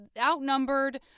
outnumbered